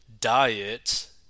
diet